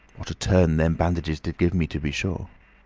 what a turn them bandages did give me, to be sure!